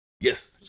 yes